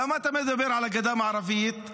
למה אתה מדבר על הגדה המערבית?